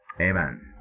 amen